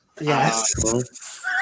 Yes